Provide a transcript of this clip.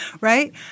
right